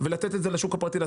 אבל בשוק הפרטי.